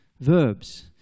verbs